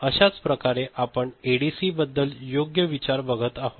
अशाच प्रकारे आपण एडीसीबद्दल योग्य विचार बघत आहोत